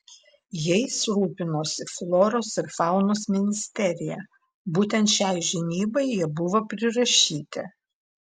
jais rūpinosi floros ir faunos ministerija būtent šiai žinybai jie buvo prirašyti